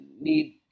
need